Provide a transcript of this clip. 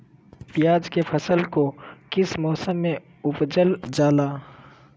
प्याज के फसल को किस मौसम में उपजल जाला?